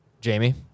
Jamie